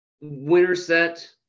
Winterset